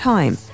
Time